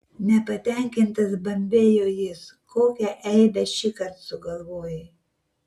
nepatenkintas bambėjo jis kokią eibę šįkart sugalvojai